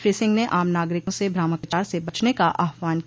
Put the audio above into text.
श्री सिंह ने आम नागरिकों से भ्रामक प्रचार से बचने का आहवान किया